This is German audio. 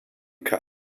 kann